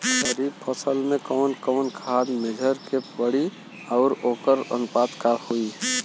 खरीफ फसल में कवन कवन खाद्य मेझर के पड़ी अउर वोकर अनुपात का होई?